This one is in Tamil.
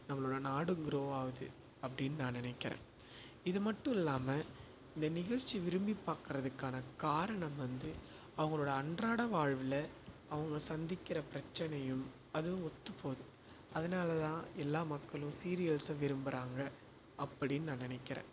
நம்மளோட நாடும் க்ரோ ஆகுது அப்படின்னு நான் நினைக்கிறேன் இது மட்டும் இல்லாமல் இந்த நிகழ்ச்சி விரும்பி பார்க்கறதுக்கான காரணம் வந்து அவங்களோட அன்றாட வாழ்வில் அவங்க சந்திக்கிற பிரச்சினையும் அதுவும் ஒத்து போகுது அதனால் தான் எல்லா மக்களும் சீரியல்ஸை விரும்புகிறாங்க அப்படின்னு நான் நினைக்கிறேன்